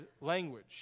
language